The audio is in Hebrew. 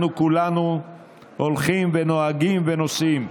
אנחנו כולנו הולכים ונוהגים ונוסעים,